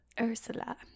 Ursula